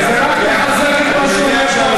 זה רק מחזק את מה שהוא אומר.